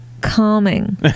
calming